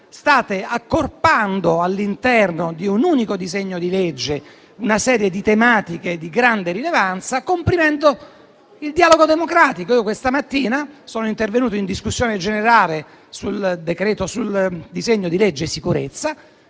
state accorpando all'interno di un unico disegno di legge una serie di tematiche di grande rilevanza, comprimendo il dialogo democratico; questa mattina sono intervenuto in discussione generale sul disegno di legge sicurezza,